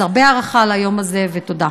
אז הרבה הערכה על היום הזה, ותודה.